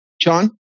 John